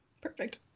Perfect